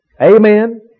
Amen